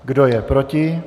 Kdo je proti?